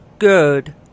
Good